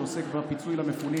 שעוסק בפיצוי למפונים,